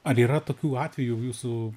ar yra tokių atvejų jūsų